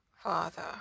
Father